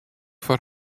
foar